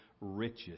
riches